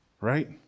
Right